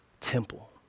temple